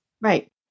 Right